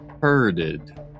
Herded